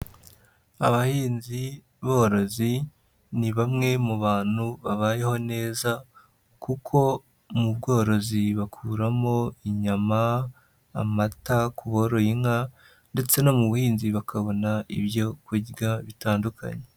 Abahinzi borozi, ni bamwe mu bantu babayeho neza, kuko mu bworozi bakuramo inyama, amata ku boroye inka, ndetse no mu buhinzi bakabona ibyo kurya bitandukanye.